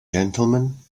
gentlemen